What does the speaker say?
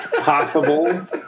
possible